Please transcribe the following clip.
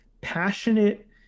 passionate